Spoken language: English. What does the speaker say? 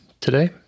today